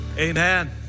Amen